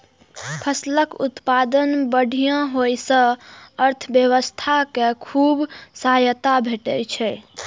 फसलक उत्पादन बढ़िया होइ सं अर्थव्यवस्था कें खूब सहायता भेटै छै